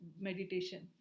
meditation